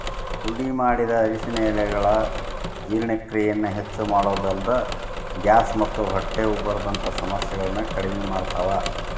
ಪುಡಿಮಾಡಿದ ಅರಿಶಿನ ಎಲೆಗಳು ಜೇರ್ಣಕ್ರಿಯೆಯನ್ನ ಹೆಚ್ಚಮಾಡೋದಲ್ದ, ಗ್ಯಾಸ್ ಮತ್ತ ಹೊಟ್ಟೆ ಉಬ್ಬರದಂತ ಸಮಸ್ಯೆಗಳನ್ನ ಕಡಿಮಿ ಮಾಡ್ತಾವ